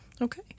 Okay